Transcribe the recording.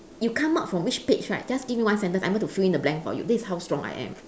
you come out from which page right just give me one sentence I'm able to fill in the blank for you this is how strong I am